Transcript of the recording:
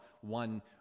one